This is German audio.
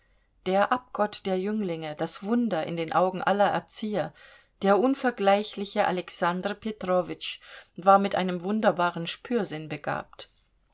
der abgott der jünglinge das wunder in den augen aller erzieher der unvergleichliche alexander petrowitsch war mit einem wunderbaren spürsinn begabt